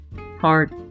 heart